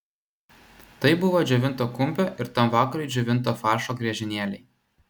tai buvo džiovinto kumpio ir tam vakarui džiovinto faršo griežinėliai